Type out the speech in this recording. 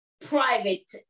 private